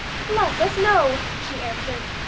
bless us no, she answered.